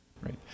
right